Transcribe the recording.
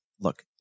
Look